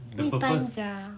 need time sia